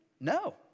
No